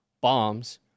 bombs